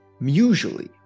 usually